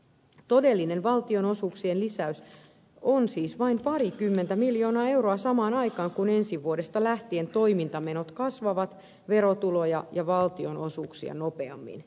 todellinen valtionosuuksien lisäys on siis vain parikymmentä miljoonaa euroa samaan aikaan kun ensi vuodesta lähtien toimintamenot kasvavat verotuloja ja valtionosuuksia nopeammin